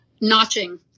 notching